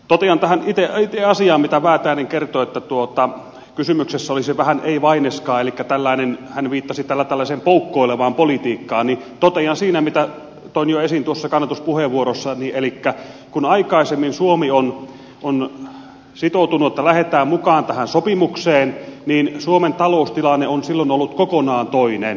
totean tästä itse asiasta kun väätäinen kertoi että kysymyksessä olisi vähän tällainen ei vaineskaan asia elikkä hän viittasi tällä tällaiseen poukkoilevaan politiikkaan minkä toin esiin jo tuossa kannatuspuheenvuorossani että kun aikaisemmin suomi on sitoutunut siihen että lähdetään mukaan tähän sopimukseen niin suomen taloustilanne on silloin ollut kokonaan toinen